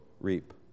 reap